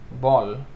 ball